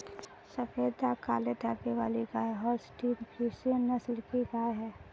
सफेद दाग काले धब्बे वाली गाय होल्सटीन फ्रिसियन नस्ल की गाय हैं